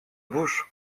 bouche